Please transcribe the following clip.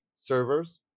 servers